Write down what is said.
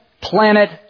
planet